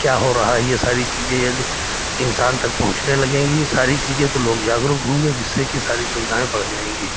क्या हो रहा है ये सारी चीज़ें यदि इंसान तक पहुँचने लगेंगी तो सारी चीज़ें तो लोग जागरूक होंगे जिससे कि सारी सुविधाएं बध जाएंगी